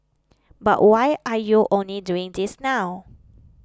but why are you only doing this now